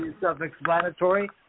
self-explanatory